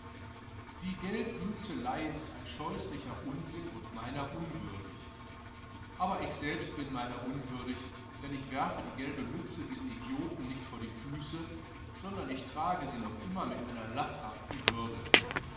die gelbmützelei ist ein scheußlicher unsinn und meiner unwürdig aber ich selbst bin meiner unwürdig denn ich werfe die gelbe mütze diesen idioten nicht vor die füße sondern ich trage sie noch immer mit einer lachhaften würde